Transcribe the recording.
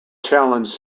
challenged